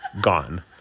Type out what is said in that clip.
gone